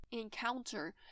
encounter